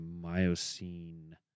miocene